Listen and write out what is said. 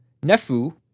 Nefu